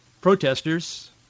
Protesters